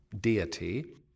deity